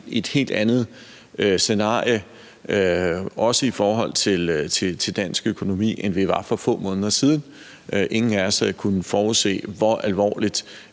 et helt andet scenarie også i forhold til dansk økonomi, end vi var for få måneder siden. Ingen af os kunne forudse, hvor alvorligt